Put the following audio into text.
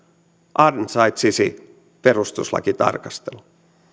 ansaitsisi perustuslakitarkastelun